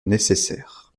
nécessaire